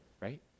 right